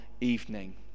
evening